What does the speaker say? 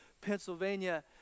Pennsylvania